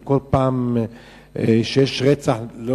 וכל פעם שיש רצח.